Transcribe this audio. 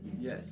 Yes